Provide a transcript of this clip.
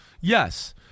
yes